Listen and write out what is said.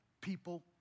people